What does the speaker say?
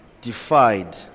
defied